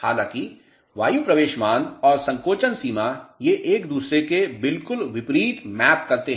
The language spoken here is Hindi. हालांकि वायु प्रवेश मान और संकोचन सीमा ये एक दूसरे के बिल्कुल विपरीत मैप करते हैं